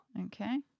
Okay